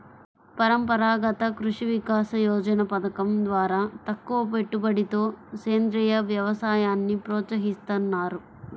పరంపరాగత కృషి వికాస యోజన పథకం ద్వారా తక్కువపెట్టుబడితో సేంద్రీయ వ్యవసాయాన్ని ప్రోత్సహిస్తున్నారు